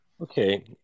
Okay